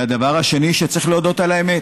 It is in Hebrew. והדבר השני, צריך להודות על האמת: